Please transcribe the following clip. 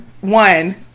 one